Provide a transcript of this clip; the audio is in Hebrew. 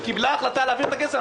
היא קיבלה החלטה להעביר את הכסף,